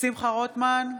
שמחה רוטמן,